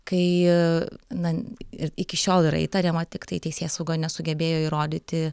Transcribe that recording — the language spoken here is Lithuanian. kai na ir iki šiol yra įtariama tiktai teisėsauga nesugebėjo įrodyti